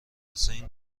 حسین